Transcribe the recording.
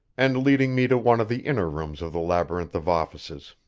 and leading me to one of the inner rooms of the labyrinth of offices.